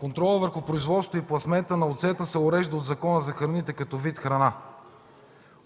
Контролът върху производството и пласмента на оцета се урежда от Закона за храните, като вид храна.